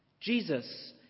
Jesus